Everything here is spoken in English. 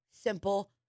simple